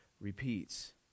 repeats